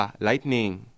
lightning